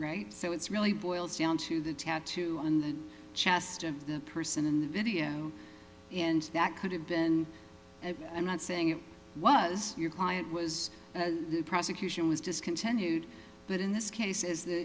right so it's really boils down to the tattoo on the chest of the person in the video and that could have been and i'm not saying it was your client was the prosecution was discontinued but in this case is th